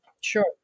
Sure